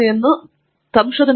Arun K